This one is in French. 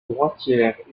droitière